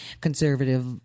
conservative